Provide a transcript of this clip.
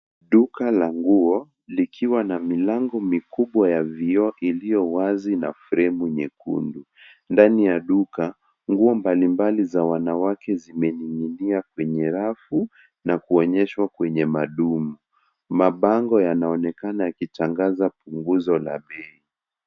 Duka la nguo likiwa na milango mikubwa ya vioo iliyo wazi na fremu nyekundu. Ndani ya duka, nguo mbalimbali za wanawake zimening'inia kwenye rafu na kuonyeshwa kwenye madumu. Mabango yanaonekana yakitangaza punguzo la bei.